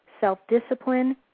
self-discipline